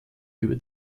über